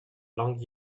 longer